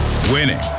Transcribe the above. winning